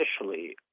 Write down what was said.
officially